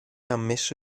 ammesso